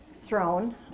thrown